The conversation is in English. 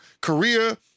Korea